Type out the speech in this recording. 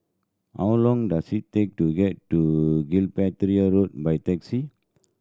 how long does it take to get to Gibraltar Road by taxi